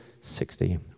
sixty